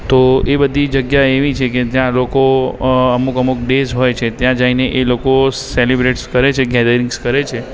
તો એ બધી જગ્યા એવી છે કે જ્યાં લોકો અમુક અમુક ડેય્ઝ હોય છે ત્યાં જઈને એ લોકો સેલિબ્રેટ કરે છે ગેધરિંગ્સ કરે છે